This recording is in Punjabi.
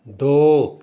ਦੋ